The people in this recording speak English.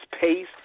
pace